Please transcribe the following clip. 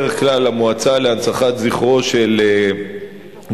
בדרך כלל המועצה להנצחת זכרו של גנדי,